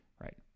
right